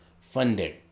Funding